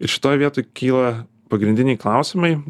ir šitoj vietoj kyla pagrindiniai klausimai